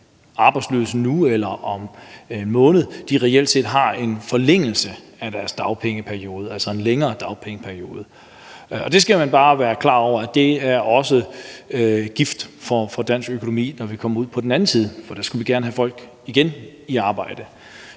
arbejdsløse nu eller om en måned, reelt set har en forlængelse af deres dagpengeperiode, altså en længere dagpengeperiode. Og der skal man bare være klar over, at det også er gift for dansk økonomi, når vi kommer ud på den anden side, for der skulle vi gerne have folk i arbejde